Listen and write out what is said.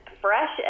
fresh